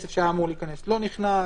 כסף שהיה אמור להיכנס ולא נכנס,